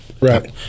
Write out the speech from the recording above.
Right